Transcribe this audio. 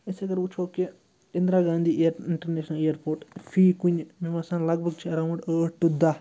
أسۍ اگر وٕچھو کہِ Indira Gandhi air international airport فی کُنہِ مےٚ باسان لگ بگ چھِ اٮ۪راوُنٛڈ ٲٹھ ٹُہ دَہ